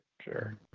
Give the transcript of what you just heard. sure